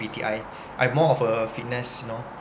P_T_I I'm more of a fitness you know